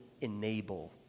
enable